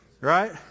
Right